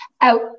out